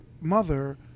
mother